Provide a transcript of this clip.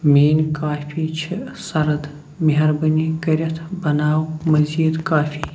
میٛٲنۍ کافی چھِ سرٕد مہربٲنی کٔرِتھ بناو مزیٖد کافی